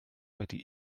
wedi